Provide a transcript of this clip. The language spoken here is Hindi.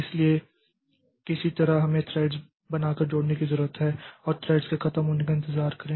इसलिए किसी तरह हमें थ्रेड्स बना कर जोड़ने की जरूरत है और थ्रेड्स के खत्म होने के इंतजार करें